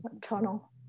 tunnel